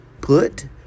Put